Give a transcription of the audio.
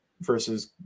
versus